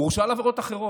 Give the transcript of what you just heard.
הוא הורשע על עבירות אחרות.